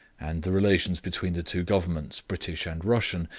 and the relations between the two governments, british and russian,